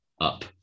up